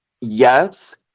Yes